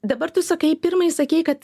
dabar tu sakai pirmai sakei kad